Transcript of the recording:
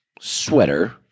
sweater